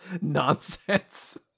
nonsense